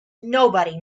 nobody